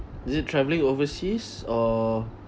is it travelling overseas or